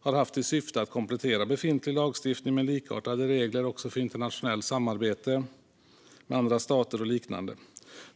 har haft till syfte att komplettera befintlig lagstiftning med likartade regler också för internationellt samarbete med andra stater och liknande.